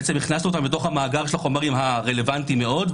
בעצם הכנסנו אותם למאגר של החומרים הרלוונטיים מאוד,